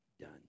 done